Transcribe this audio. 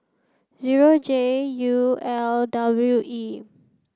zero J U L W E